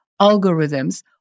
algorithms